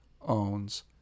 owns